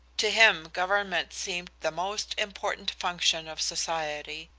to him government seemed the most important function of society,